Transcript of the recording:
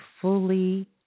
fully